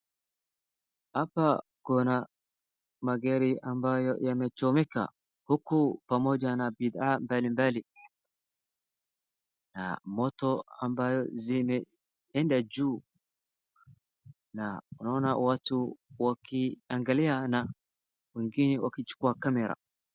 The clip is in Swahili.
Hapa kuna magari ambayo yamechomeka huku pamoja na bidhaa mbalimbali na moto ambayo zimeenda juu na unaona watu wakiangalia na wengine wakichukua camera .